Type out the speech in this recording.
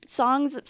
songs